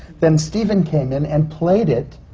then stephen came in and played it,